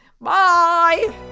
Bye